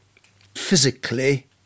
Physically